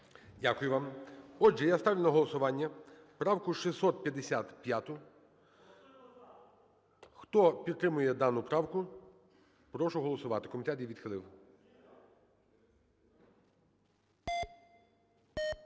Дякую вам. Отже, я ставлю на голосування правку 655. Хто підтримує дану правку, прошу голосувати.